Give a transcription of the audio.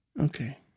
Okay